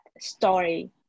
story